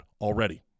already